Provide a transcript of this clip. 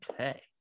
Okay